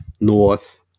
north